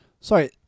Sorry